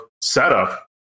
setup